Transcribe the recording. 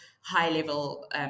high-level